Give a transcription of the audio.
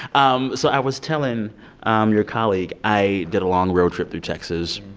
um so i was telling um your colleague i did a long road trip through texas